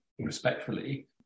respectfully